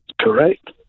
correct